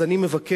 אז אני מבקש,